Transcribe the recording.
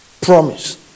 promise